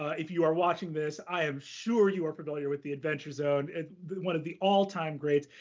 if you are watching this, i am sure you are familiar with the adventure zone and one of the all-time greats.